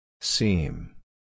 Seam